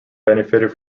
benefited